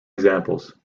examples